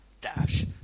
Dash